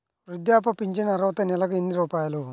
వృద్ధాప్య ఫింఛను అర్హత నెలకి ఎన్ని రూపాయలు?